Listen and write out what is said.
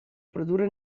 produrre